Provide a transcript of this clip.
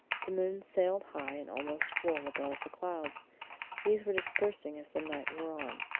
the moon sailed high and almost full above the clouds these were dispersing as the night wore on,